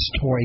toy